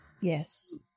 Yes